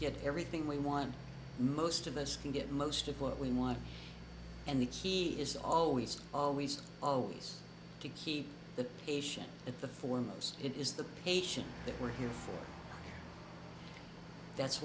get everything we want most of us can get most of what we want and the key is always always always to keep the patient at the foremost it is the patient that we're here for that's